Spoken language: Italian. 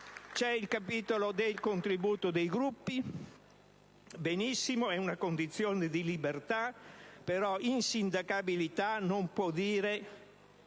C'è il capitolo del contributo dei Gruppi: benissimo, è una condizione di libertà, però insindacabilità non può vuol